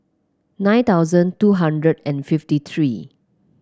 nine thousand two hundred and fifty three